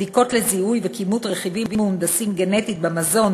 בדיקות לזיהוי וכימות רכיבים מהונדסים גנטית במזון